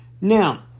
Now